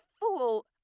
fool